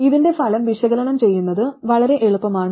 ഇതിന്റെ ഫലം വിശകലനം ചെയ്യുന്നത് വളരെ എളുപ്പമാണ്